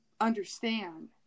understand